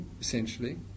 essentially